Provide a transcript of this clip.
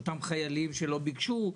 אותם חיילים שלא ביקשו,